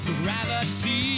gravity